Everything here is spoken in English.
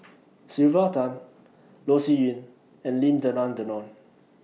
Sylvia Tan Loh Sin Yun and Lim Denan Denon